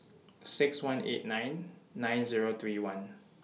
six one eight nine nine Zero three one